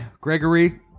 Gregory